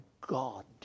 God